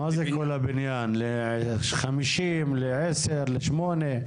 מה זה כל הבניין ל-50, ל-10, לשמונה?